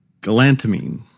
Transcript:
galantamine